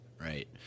Right